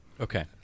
Okay